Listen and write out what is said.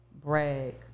brag